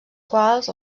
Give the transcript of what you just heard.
quals